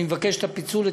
אני מבקש את הפיצול,